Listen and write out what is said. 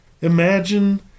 Imagine